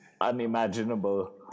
Unimaginable